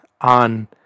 on